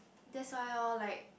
that's why all like